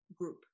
group